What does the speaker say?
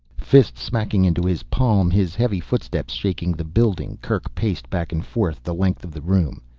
fist smacking into his palm, his heavy footsteps shaking the building, kerk paced back and forth the length of the room.